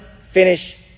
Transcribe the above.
finish